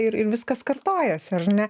ir ir viskas kartojasi ar ne